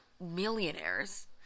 millionaires